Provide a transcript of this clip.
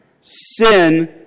sin